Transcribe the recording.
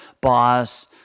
boss